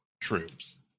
troops